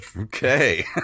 Okay